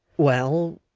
well.